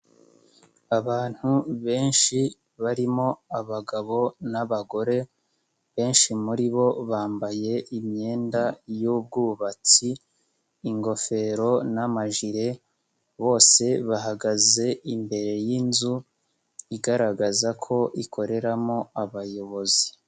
Abantu benshi barimo abagabo n'abagore, benshi muri bo bambaye imyenda y'ubwubatsi, ingofero n'amajire, bose bahagaze imbere y'inzu, igaragaza ko ikoreramo abayobozi.